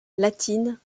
latine